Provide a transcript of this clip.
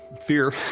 fear.